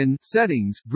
Settings